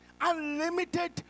unlimited